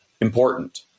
important